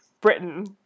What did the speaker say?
Britain